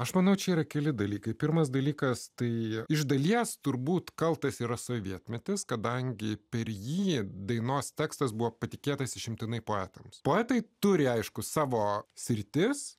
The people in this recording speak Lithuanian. aš manau čia yra keli dalykai pirmas dalykas tai iš dalies turbūt kaltas yra sovietmetis kadangi per jį dainos tekstas buvo patikėtas išimtinai poetams poetai turi aiškų savo sritis